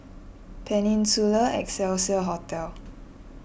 Peninsula Excelsior Hotel